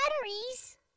batteries